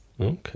Okay